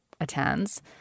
attends